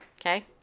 okay